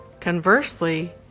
conversely